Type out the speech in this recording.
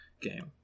game